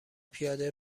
پیاده